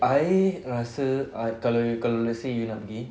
I rasa kalau kalau let's say you nak pergi